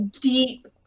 deep